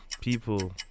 People